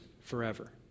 forever